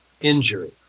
injury